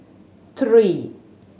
three